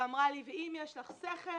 והיא אמרה לי "אם יש לך שכל,